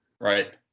Right